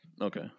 Okay